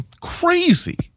crazy